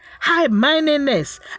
high-mindedness